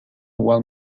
well